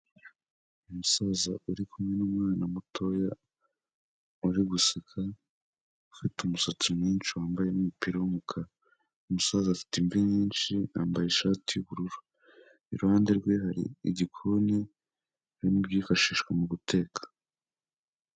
Umusaza uri kumwe numwana mutoya uri guseka ufite umusatsi mwinshi wambaye umupira w'umukara numu umusaza afite imvi nyinshi yambaye ishati yubururu iruhande rwe hari igikoni haririmo'byifashishwa mu guteka.